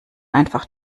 einfach